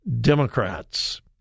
Democrats